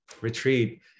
retreat